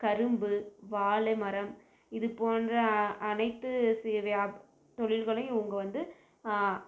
கரும்பு வாழைமரம் இது போன்ற அனைத்து சே வியாப் தொழில்களையும் இவங்க வந்து